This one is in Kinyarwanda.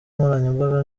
nkoranyambaga